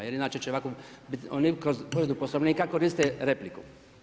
Jer inače će ovako, oni kroz povredu Poslovnika koriste repliku.